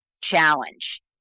challenge